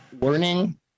learning